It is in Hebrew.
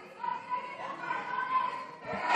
תתביישי לך,